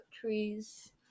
trees